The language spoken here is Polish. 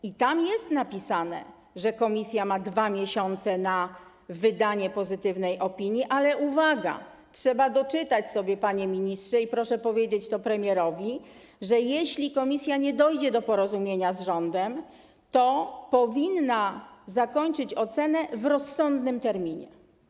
I tam jest napisane, że Komisja ma 2 miesiące na wydanie pozytywnej opinii, ale, uwaga, trzeba doczytać to sobie, panie ministrze, i proszę powiedzieć to premierowi, jeśli Komisja nie dojdzie do porozumienia z rządem, powinna zakończyć ocenę w rozsądnym terminie.